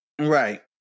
Right